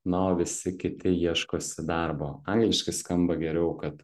na o visi kiti ieškosi darbo angliškai skamba geriau kad